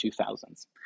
2000s